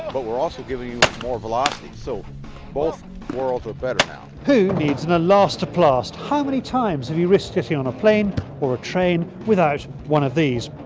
but we are also giving more velocity. so both worlds are better now. who needs an elastoplast. how many times have you risked getting on a plane or a train without one of these.